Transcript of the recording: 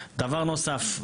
דבר נוסף,